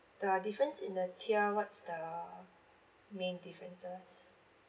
the difference in the tier what's the main differences